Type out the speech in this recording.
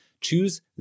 choose